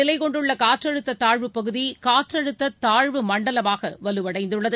நிலைகொண்டுள்ளகாற்றழுத்ததாழ்வுப்பகுதி வங்கக் கடலில் காற்றழுத்ததாழ்வு மண்டலமாகவலுவடைந்துள்ளது